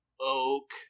oak